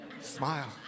Smile